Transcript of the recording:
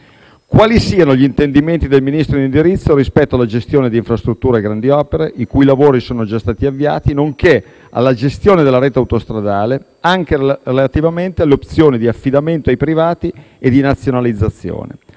quali siano gli intendimenti del Ministro in indirizzo rispetto alla gestione di infrastrutture e grandi opere, i cui lavori sono già stati avviati, nonché alla gestione della rete autostradale, anche relativamente alle opzioni di affidamento ai privati o di nazionalizzazione;